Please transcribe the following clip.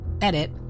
Edit